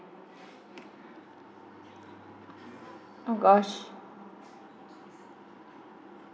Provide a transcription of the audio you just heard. oh gosh